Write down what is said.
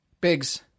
Biggs